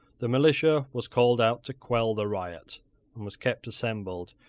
the militia was called out to quell the riot, and was kept assembled,